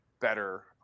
better